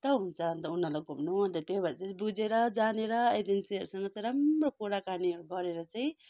त हुन्छ अन्त उनीहरूलाई घुम्नु अन्त त्यही भएर चाहिँ बुझेर जानेर एजेन्सीहरूसँग चाहिँ राम्रो कुराकानीहरू गरेर चाहिँ